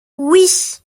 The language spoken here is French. oui